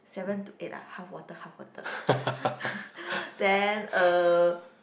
seven to eight ah half water half water then uh